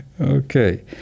Okay